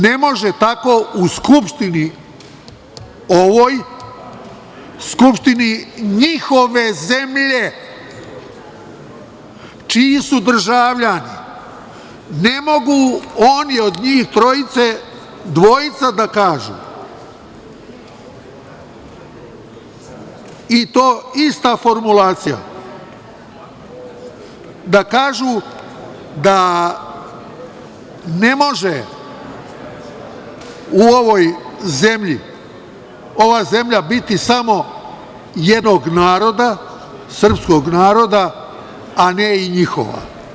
Ne može tako u ovoj Skupštini, u Skupštini njihove zemlje, čiji su državljani, ne mogu oni od njih trojice dvojica da kažu, i to ista formulacija, da ne može u ovoj zemlji ova zemlja biti samo jednog naroda, srpskog naroda, a ne i njihova.